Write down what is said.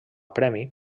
premi